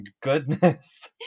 goodness